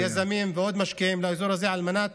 יזמים ועוד משקיעים לאזור הזה, על מנת